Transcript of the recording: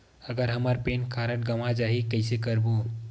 अगर हमर PAN card गवां जाही कइसे करबो?